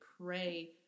pray